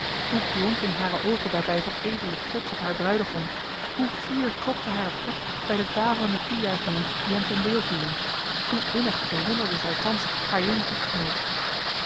hoe blonken hare oogen daarbij van edelen trots op haar bruidegom hoe fier klopte haar het hart bij de daverende toejuichingen die hem ten deel vielen hoe innig bewonderde zij thans haar jongen echtgenoot